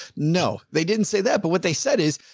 no, they didn't say that. but what they said is,